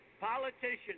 politicians